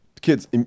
kids